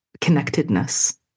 connectedness